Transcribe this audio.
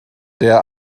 der